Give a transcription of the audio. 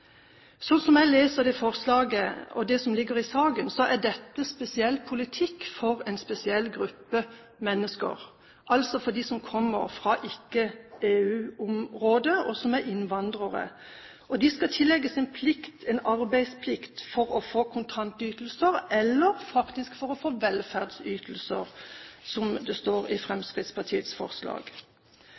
jeg leser forslaget og det som ligger i saken, er dette en spesiell politikk for en spesiell gruppe mennesker, altså for dem som ikke kommer fra EU-området, og som er innvandrere. De skal tillegges en arbeidsplikt for å få kontantytelser, eller faktisk for å få velferdsytelser, som det står i Fremskrittspartiets forslag.